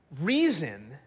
reason